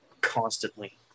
constantly